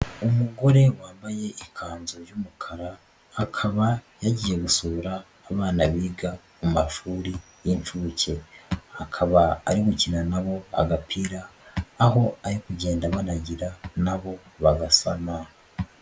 Umugore wambaye ikanzu y'umukara akaba yagiye gusura abana biga mu mashuri y'inshuke, akaba ari gukina na bo agapira, aho ari kugenda banagira na bo bagasama.